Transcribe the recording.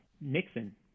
Nixon